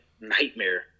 nightmare